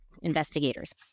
investigators